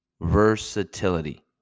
Versatility